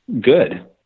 good